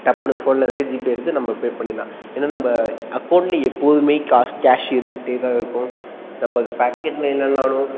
டப்புன்னு ஃபோனில் இருக்குது ஜிபே எடுத்து நம்ம பே பண்ணிடலாம் ஏன்னால் நம்ம அக்கௌண்ட்டில் எப்போதுமே காசு கேஷ் இருந்துக்கிட்டே தான் இருக்கும் நம்ம பேக்கெட்டில் இல்லைனாலும்